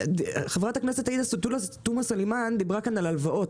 חברת הכנת עאידה תומא סולימאן דיברה כאן על הלוואות.